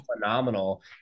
phenomenal